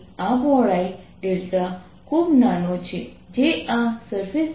આપણે જાણીએ છીએ જો આપણે cosθ આપી હોય